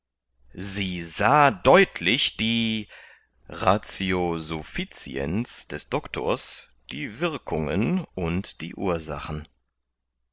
sie sah deutlich die ratio sufficiens des doctors die wirkungen und die ursachen